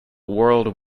world